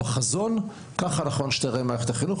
בחזון, כך נכון שתראה מערכת החינוך.